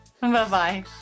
Bye-bye